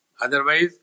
Otherwise